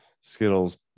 skittles